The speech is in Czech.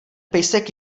pejsek